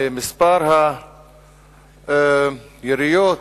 שמספר היריות,